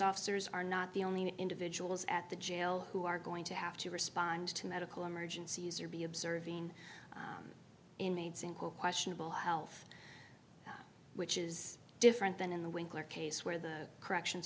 officers are not the only individuals at the jail who are going to have to respond to medical emergencies or be observing in the questionable health which is different than in the winkler case where the corrections